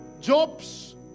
jobs